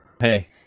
Hey